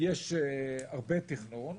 יש הרבה תכנון.